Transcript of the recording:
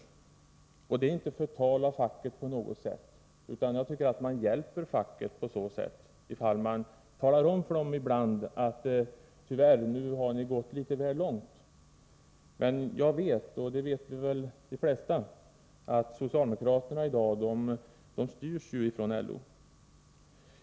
Det innebär inte på något sätt förtal av facket, utan jag tycker att man hjälper facket ifall man i bland talar om för dem som företräder samhället att de har gått för långt. Men jag vet, liksom de flesta, att socialdemokraterna i dag styrs från LO.